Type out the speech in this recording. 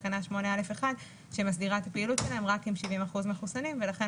תקנה 8א1 שמסדירה את הפעילות שלהן רק אם 70 אחוזים מחוסנים ולכן